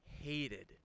hated